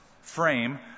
frame